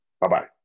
Bye-bye